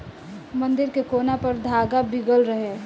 मंदिर के कोना पर धागा बीगल रहे